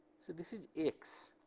so this is x,